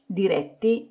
diretti